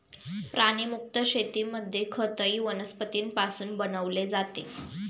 प्राणीमुक्त शेतीमध्ये खतही वनस्पतींपासून बनवले जाते